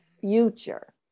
future